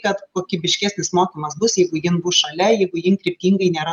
kad kokybiškesnis mokymas bus jeigu jin bus šalia jeigu jin kryptingai nėra